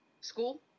school